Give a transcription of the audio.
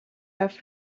have